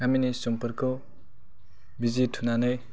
गामिनि सुबुंफोरखौ बिजि थुनानै